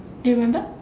do you remember